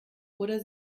oder